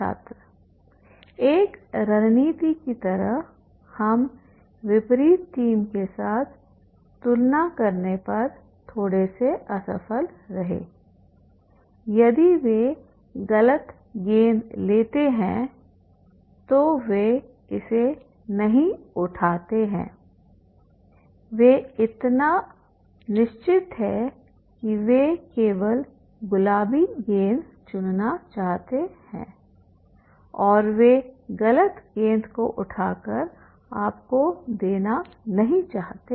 छात्र एक रणनीति की तरह हम विपरीत टीम के साथ तुलना करने पर थोड़े से असफल रहे यदि वे गलत गेंद लेते हैं तो वे इसे नहीं उठाते हैं वे इतना निश्चित हैं कि वे केवल गुलाबी गेंद चुनना चाहते हैं और वे गलत गेंद को उठाकर आपको देना नहीं चाहते हैं